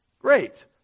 great